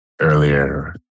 earlier